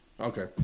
Okay